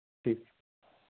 ଠିକ୍